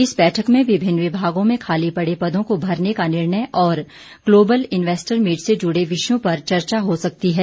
इस बैठक में विभिन्न विभागों में खाली पड़े पदों को भरने का निर्णय ओर ग्लोबल इन्वेस्टर मीट से जुड़े विषयों पर चर्चा हो सकती है